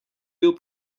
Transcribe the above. bil